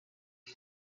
the